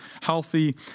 healthy